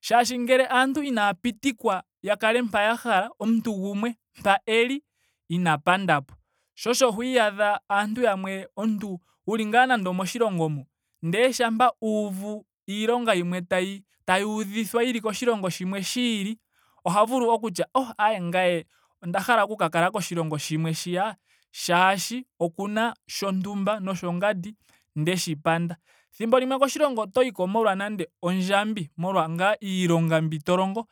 Shaashi ngele aantu inaya pitikwa ya kale mpa ya hala. omuntu gumwe. mpa eli ina panda po. Sho osho go iyadha aantu yamwe. omuntu wuli ngaa nando omoshilongo mu. ndele shampa uuvu iilonga yimwe tayi tayi udhithwa yili koshilongo shimwe shiili oha vulu okutya oh aaye ngame onda hala oku ka kala koshilongo shimwe shiya shaashi okuna shontumba noshongandi ndeshi panda. Thimbo koshilongo otoyi ko molwa nando ondjambi molwa ngaa iilonga mbi to longo